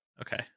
Okay